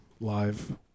Live